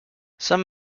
some